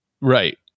Right